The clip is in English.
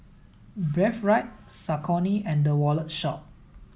Breathe Right Saucony and The Wallet Shop